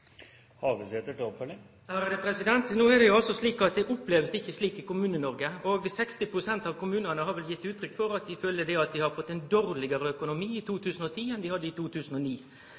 No er det slik at ein opplever det ikkje slik i Kommune-Noreg. 60 pst. av kommunane har gitt uttrykk for at dei føler at dei har fått ein dårlegare økonomi i 2010 enn dei hadde i 2009.